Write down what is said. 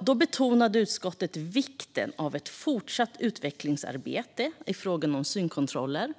Då betonade utskottet vikten av ett fortsatt utvecklingsarbete i fråga om synkontroller.